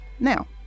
Now